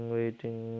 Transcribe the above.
waiting